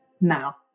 now